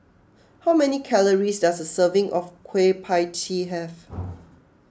how many calories does a serving of Kueh Pie Tee have